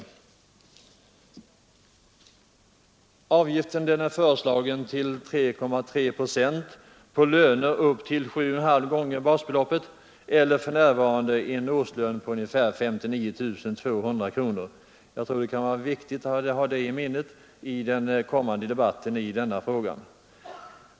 Denna avgift är föreslagen till 3,3 procent på löner upp till 7,5 gånger basbeloppet eller för närvarande en årslön på ungefär 59 200 kronor. Det kan vara viktigt att ha detta i minnet under den kommande debatten i denna fråga.